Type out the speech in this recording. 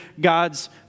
God's